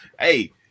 hey